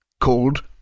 called